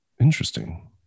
interesting